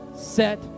set